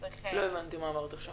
לא הבנתי מה אמרת עכשיו.